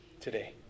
today